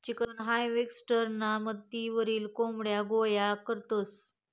chicken हार्वेस्टरना मदतवरी कोंबड्या गोया करतंस